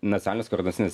nacionalinis koordinacinis